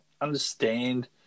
understand